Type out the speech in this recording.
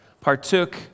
partook